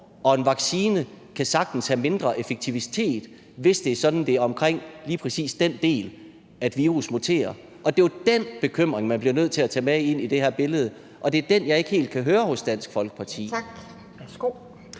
Og en vaccine kan sagtens have mindre effektivitet, hvis det er lige omkring den del, virus muterer. Og det er jo den bekymring, man bliver nødt til at tage med ind i det her billede, og det er den bekymring, jeg ikke helt kan høre hos Dansk Folkeparti.